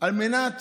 על מנת